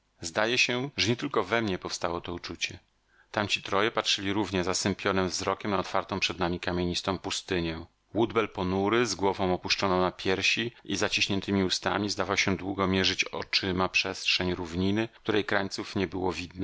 zdaje się że nie tylko we mnie powstało to uczucie tamci troje patrzyli również zasępionym wzrokiem na otwartą przed nami kamienistą pustynię woodbell ponury z głową opuszczoną na piersi i zaciśniętemi ustami zdawał się długo mierzyć oczyma przestrzeń równiny której krańców nie było